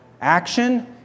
action